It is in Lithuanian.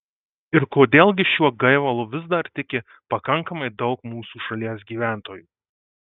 ir kodėl gi šiuo gaivalu vis dar tiki pakankamai daug mūsų šalies gyventojų